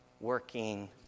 working